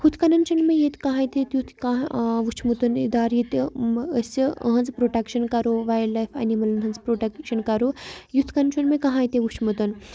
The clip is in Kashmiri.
ہُتھ کٔنَن چھِنہٕ مےٚ ییٚتہِ کانٛہہ ہانۍ تہِ تیُٚتھ کانٛہہ وٕچھۍ مُتَن اِدار ییٚتہِ أمہٕ أسہِ أہٕنٛز پرٛوٹکشَن کَرو وایلڈ لایف اَنِمٕلَن ہٕنٛز پرٛوٹَکشَن کَرو یِتھ کٔنۍ چھُنہٕ مےٚ کانٛہہ ہانۍ تہِ وٕچھۍ مُتَن